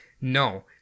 No